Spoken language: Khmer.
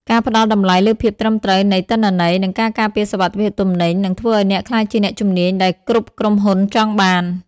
ការផ្តល់តម្លៃលើភាពត្រឹមត្រូវនៃទិន្នន័យ និងការការពារសុវត្ថិភាពទំនិញ នឹងធ្វើឱ្យអ្នកក្លាយជាអ្នកជំនាញដែលគ្រប់ក្រុមហ៊ុនចង់បាន។